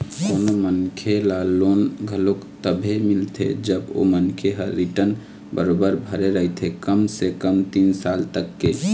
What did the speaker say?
कोनो मनखे ल लोन घलोक तभे मिलथे जब ओ मनखे ह रिर्टन बरोबर भरे रहिथे कम से कम तीन साल तक के